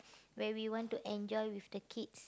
where we want to enjoy with the kids